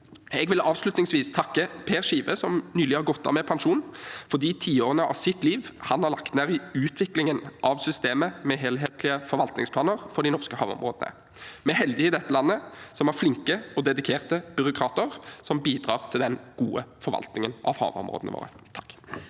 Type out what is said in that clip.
Jeg vil avslutningsvis takke Per Schive, som nylig har gått av med pensjon, for de tiårene av sitt liv han har lagt ned i utviklingen av systemet med helhetlige forvaltningsplaner for de norske havområdene. Vi er heldige i dette landet som har flinke og dedikerte byråkrater som bidrar til den gode forvaltningen av havområdene våre.